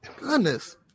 Goodness